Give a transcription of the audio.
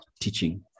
teaching